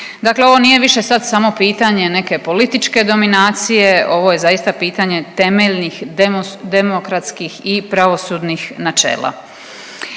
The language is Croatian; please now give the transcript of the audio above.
Dakle, ovo nije više sad samo pitanje neke političke dominacije ovo je zaista pitanje temeljnih demokratskih i pravosudnih načela.